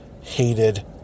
hated